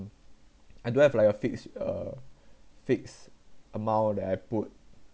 I don't have like a fixed uh fixed amount that I put